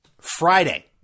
Friday